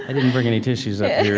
ah didn't bring any tissues up here